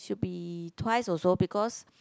should be twice also because